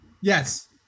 Yes